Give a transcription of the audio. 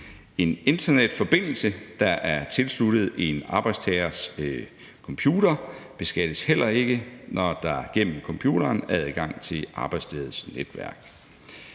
En internetforbindelse, der er tilsluttet en arbejdstagers computer, beskattes heller ikke, når der gennem computeren er adgang til arbejdsstedets netværk.